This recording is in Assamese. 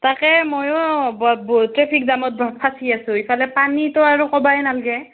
তাকে মইয়ো ট্ৰেফিক জামত ফঁচি আছোঁ ইফালে পানীটো আৰু ক'বই নালাগে